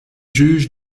juge